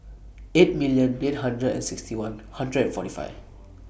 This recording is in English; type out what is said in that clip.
eight million eight hundred and sixty one hundred and forty five